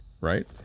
right